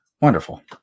Wonderful